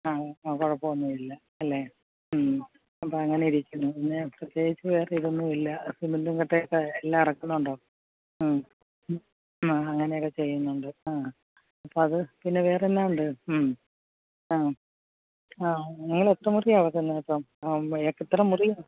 ആ കൊഴപ്പം ഒന്നുമില്ല അല്ലേ അപ്പോൾ അങ്ങനെ ഇരിക്കുന്നു പിന്നെ പ്രത്യേകിച്ചു വേറെ ഇതൊന്നുമില്ല സിമന്റും കട്ടയുമൊക്കെ എല്ലാം ഇറക്കുന്നുണ്ടോ അങ്ങനെയൊക്കെ ചെയ്യുന്നുണ്ട് ആ അപ്പോൾ അത് പിന്നെ വേറെ എന്നാൽ ഉണ്ട് ആ ആ നിങ്ങൾ എത്ര മുറിയാണ് ഇറക്കുന്നത് ഇപ്പം ആ എത്ര മുറിയാണ്